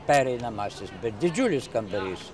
pereinamasis bet didžiulis kambarys